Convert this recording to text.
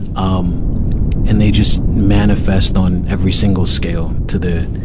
um and they just manifest on every single scale to the,